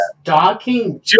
stalking